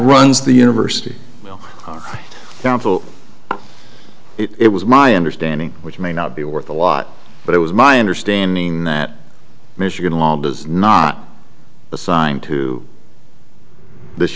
runs the university no i don't feel it was my understanding which may not be worth a lot but it was my understanding that michigan law does not assign to this